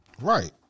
Right